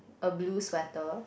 a blue sweater